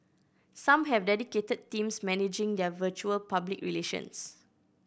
some have dedicated teams managing their virtual public relations